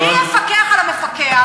ומי יפקח על המפקח?